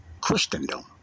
Christendom